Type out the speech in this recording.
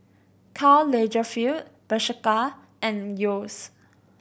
Karl Lagerfeld Bershka and Yeo's